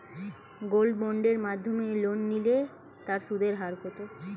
Gold বন্ডের মাধ্যমে loan নিলে তার সুদের হার কত?